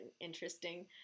interesting